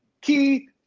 key